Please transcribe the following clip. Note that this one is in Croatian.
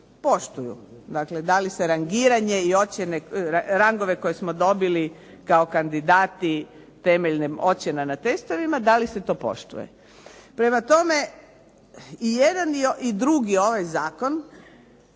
poštuju. Dakle da li se rangove koje smo dobili kao kandidati temeljem ocjena na testovima, da li se to poštuje. Prema tome, i jedan i drugi ovaj zakon